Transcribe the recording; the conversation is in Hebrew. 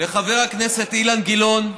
חבר הכנסת אילן גילאון,